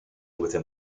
within